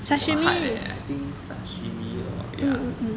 !wah! hard leh I think sashimi or ya